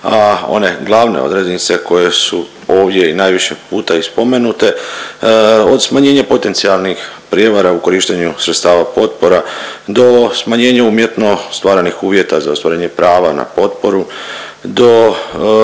a one glavne odrednice koje su ovdje i najviše puta i spomenute od smanjenja potencijalnih prijevara u korištenju sredstava potpora do smanjenja umjetno stvarnih uvjeta za ostvarenje prava na potporu do …/Govornik